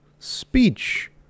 speech